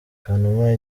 kanuma